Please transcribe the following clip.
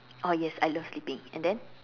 oh yes I love sleeping and then